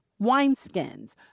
wineskins